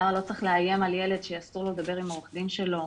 למה לא צריך לאיים על ילד שאסור לו לדבר עם עורך הדין שלו,